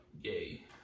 yay